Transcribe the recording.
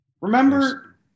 Remember